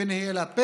ונהיה לה פה